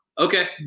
Okay